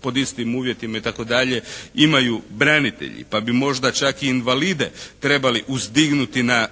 pod istim uvjetima itd., imaju branitelji. Pa bi možda čak i invalide trebali uzdignuti na